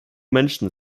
menschen